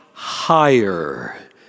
higher